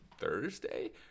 Thursday